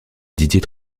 didier